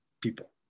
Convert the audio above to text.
people